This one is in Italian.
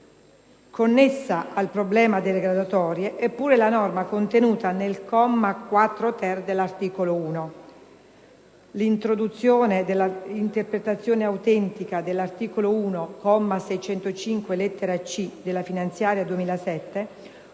Connessa al problema delle graduatorie è pure la norma contenuta nel comma 4-*ter* dell'articolo 1. L'introduzione dell'interpretazione autentica dell'articolo 1, comma 605, lettera *c)*,della legge finanziaria 2007